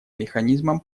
механизмом